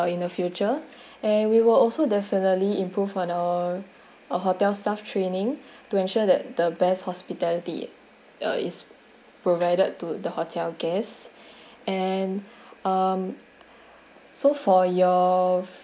uh in the future and we will also definitely improve on our uh hotel staff training to ensure that the best hospitality uh is provided to the hotel guests and um so for your